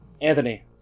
Anthony